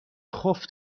خوف